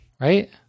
Right